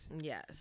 Yes